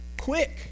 quick